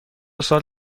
سال